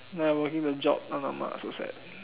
then I working the job !alamak! so sad